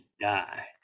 die